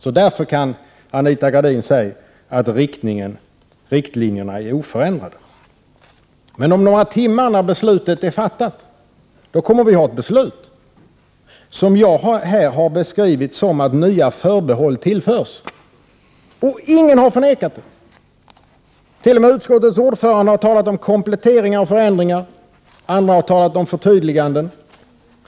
Anita Gradin kan därför säga att riktlinjerna är oförändrade. Men om några timmar, när beslutet är fattat, kommer det att finnas ett beslut som innebär, som jag här beskrivit, att nya förbehåll tillförs. Ingen har förnekat detta, och t.o.m. utskottets ordförande har talat om kompletteringar och förändringar, och andra har talat om förtydliganden.